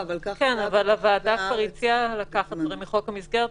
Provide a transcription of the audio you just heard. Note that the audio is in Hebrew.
אבל הוועדה הציעה לקחת מחוק המסגרת.